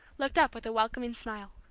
looked up with a welcoming smile.